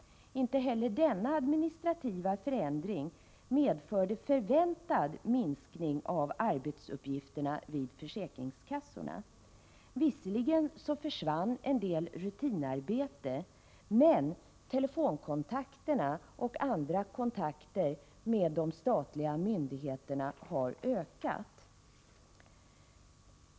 Inte heller denna administrativa förändring medförde förväntad minskning av arbetsuppgifterna vid försäkringskassorna. Visserligen försvann en del rutinarbete, men telefonkontakterna och andra kontakter med de statliga myndigheterna har ökat.